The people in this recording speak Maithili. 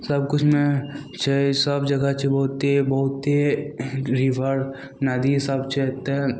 सभ किछुमे सभ जगह छै बहुते बहुते रिवर नदी सभ छै ओते